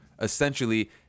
essentially